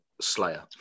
Slayer